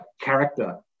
character